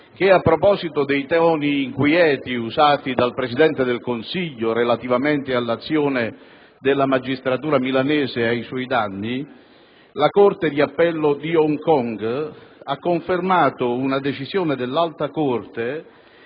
che a proposito dei toni inquieti usati dal Presidente del Consiglio relativamente all'azione della magistratura milanese ai suoi danni, la corte d'appello di Hong Kong ha confermato una decisione dall'Alta corte